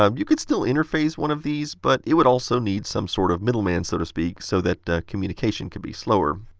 um you could still interface one of these, but it would also need some sort of middle-man so to speak, so that communication could be slower.